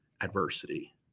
adversity